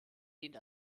dient